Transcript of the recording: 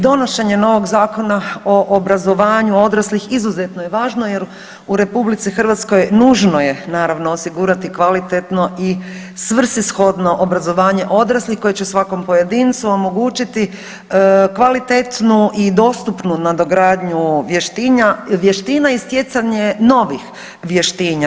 Donošenje novog Zakona o obrazovanju odraslih izuzetno je važno jer u RH nužno je, naravno, osigurati kvalitetno i svrsishodno obrazovanje odraslih koje će svakom pojedincu omogućiti kvalitetnu i dostupnu nadogradnju vještina i stjecanje novih vještina.